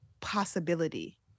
possibility